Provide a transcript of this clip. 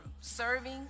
serving